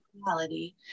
reality